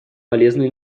полезную